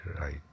right